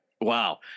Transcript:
Wow